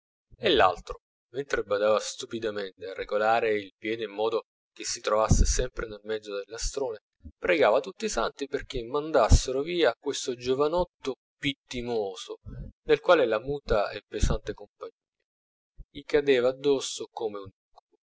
e l'altro mentre badava stupidamente a regolare il piede in modo che si trovasse sempre nel mezzo del lastrone pregava tutti i santi perchè mandassero via questo giovinotto pittimoso del quale la muta e pesante compagnia gli cadeva addosso come un